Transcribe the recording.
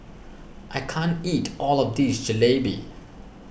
I can't eat all of this Jalebi